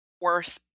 worth